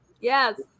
Yes